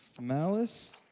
malice